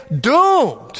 doomed